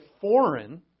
foreign